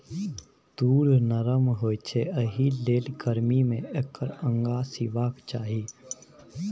तूर नरम होए छै एहिलेल गरमी मे एकर अंगा सिएबाक चाही